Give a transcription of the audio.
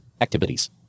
Activities